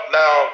now